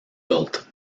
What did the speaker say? built